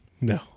No